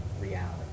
reality